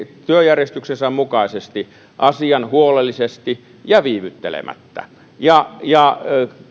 työjärjestyksensä mukaisesti asian huolellisesti ja viivyttelemättä ja ja